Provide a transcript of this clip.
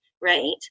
Right